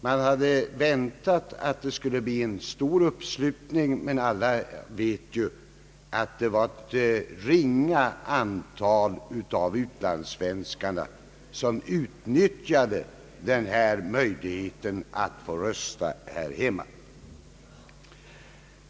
Man hade väntat att det skulle bli en stor uppslutning, men alla vet ju att det var ett ringa antal av utlands svenskarna som utnyttjade möjligheten att få rösta här hemma.